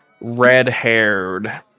red-haired